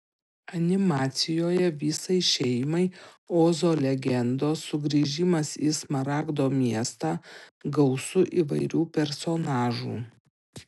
animacijoje visai šeimai ozo legendos sugrįžimas į smaragdo miestą gausu įvairių personažų